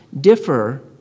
differ